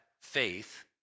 faith